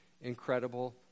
incredible